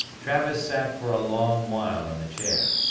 travis sat for a long while in the chair.